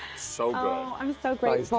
so good. um i'm so grateful.